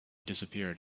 disappeared